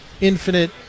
infinite